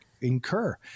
incur